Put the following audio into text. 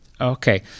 Okay